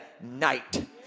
night